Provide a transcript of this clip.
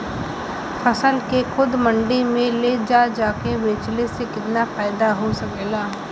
फसल के खुद मंडी में ले जाके बेचला से कितना फायदा हो सकेला?